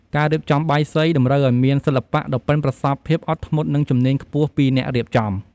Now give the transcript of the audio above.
ការរៀបចំបាយសីតម្រូវឱ្យមាន សិល្បៈ ដ៏ប៉ិនប្រសប់ ភាពអត់ធ្មត់ និងជំនាញខ្ពស់ពីអ្នករៀបចំ។